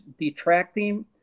detracting